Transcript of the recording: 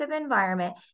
environment